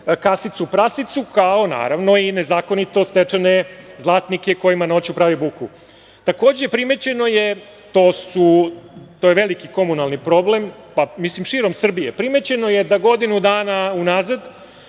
kasicu prasicu, kao i nezakonito stečene zlatnike kojima noću pravi buku. Takođe, primećeno je, to je veliki komunalni problem, mislim širom Srbije, primećeno je da godinu dana unazad